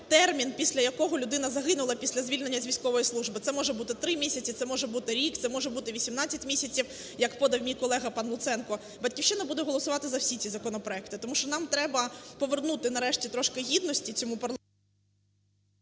термін, після якого людина загинула після звільнення після військової служби: це може бути три місяці, це може бути рік, це може бути 18 місяців, як подав мій колега пан Луценко. "Батьківщина" буде голосувати за всі ці законопроекти, тому що нам треба повернути нарешті трошки гідності цьому …